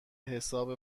حساب